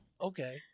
Okay